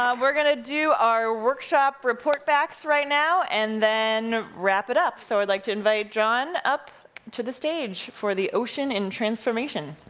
um we're gonna do our workshop reportbacks right now, and then wrap it up. so i'd like to invite john up to the stage for the ocean and transformation.